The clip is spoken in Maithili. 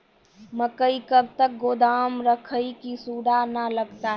मकई कब तक गोदाम राखि की सूड़ा न लगता?